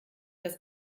das